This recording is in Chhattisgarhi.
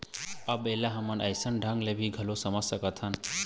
अब ऐला हमन अइसन ढंग ले घलोक समझ सकथन